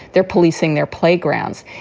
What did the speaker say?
they're policing their playgrounds.